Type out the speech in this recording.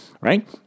right